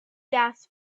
gas